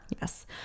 Yes